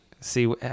See